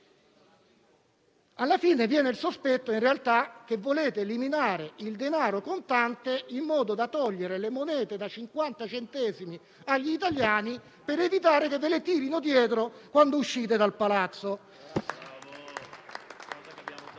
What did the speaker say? alla fine viene il sospetto che volete eliminare il denaro contante in modo da togliere le monete da 50 centesimi agli italiani per evitare che ve le tirino dietro quando uscite dal Palazzo.